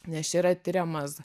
nes čia yra tiriamas